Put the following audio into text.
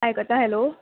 आयकता हॅलो